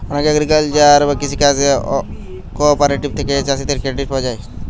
অনেক এগ্রিকালচারাল বা কৃষি কাজ কঅপারেটিভ থিকে চাষীদের ক্রেডিট পায়া যাচ্ছে